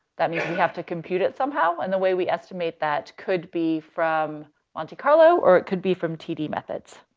that means we have to compute it somehow. and the way we estimate that could be from monte carlo or it could be from td methods.